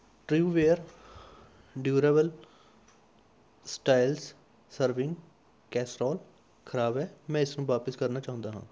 Trueware durable styles serving casserole ਖਰਾਬ ਹੈ ਮੈਂ ਇਸਨੂੰ ਵਾਪਸ ਕਰਨਾ ਚਾਹੁੰਦਾ ਹਾਂ